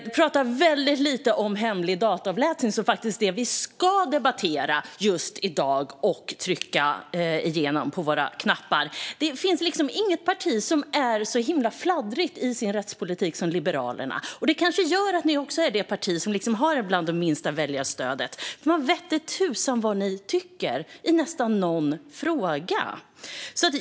Du pratar väldigt lite om hemlig dataavläsning, som faktiskt är det vi ska debattera just i dag, och vi ska trycka på våra knappar för att få igenom det. Det finns liksom inget parti som är så himla fladdrigt i sin rättspolitik som Liberalerna. Det kanske också gör att ni är ett av de partier som har minst väljarstöd. Det vete tusan vad ni tycker i olika frågor.